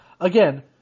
Again